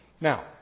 Now